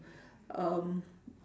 um